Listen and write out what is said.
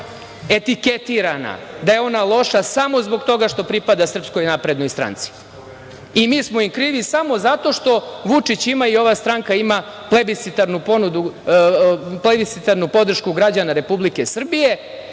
etiketirana, da je ona loša samo zbog toga što pripada Srpskoj naprednoj stranci. Mi smo im krivi samo zato što Vučić ima i ova stranka ima plebiscitarnu podršku građana Republike Srbije